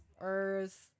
earth